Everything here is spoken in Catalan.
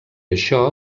això